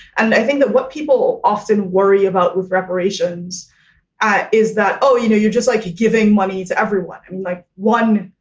and i think that what people often worry about with reparations is that, oh, you know, you're just like giving money to everyone. like one.